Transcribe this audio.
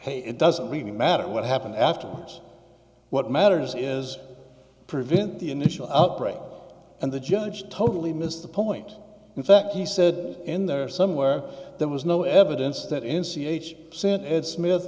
hey it doesn't really matter what happened afterwards what matters is prevent the initial outbreak and the judge totally missed the point in fact he said in there somewhere there was no evidence that in c h sent ed smith